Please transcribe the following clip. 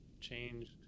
changed